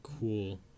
Cool